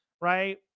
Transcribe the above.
right